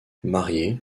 mariée